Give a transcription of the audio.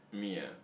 me ah